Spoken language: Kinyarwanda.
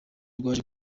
rwaje